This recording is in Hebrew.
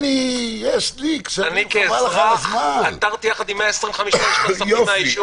אני כאזרח עתרתי עם 125 אנשים מהישוב.